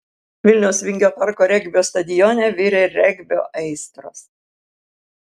vilniaus vingio parko regbio stadione virė regbio aistros